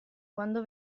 quando